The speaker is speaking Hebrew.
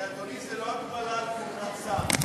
אדוני, זו לא הגבלה על כהונת שר,